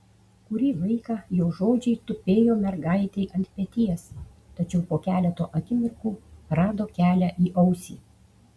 kurį laiką jo žodžiai tupėjo mergaitei ant peties tačiau po keleto akimirkų rado kelią į ausį